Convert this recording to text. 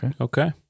Okay